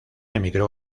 emigró